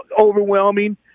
overwhelming